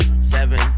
Seven